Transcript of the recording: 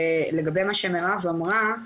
לגבי מה שמירב אמרה,